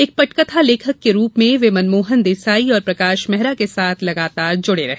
एक पटकथा लेखक के रूप में वे मनमोहन देसाई और प्रकाश मेहरा के साथ लगातार जुड़े रहे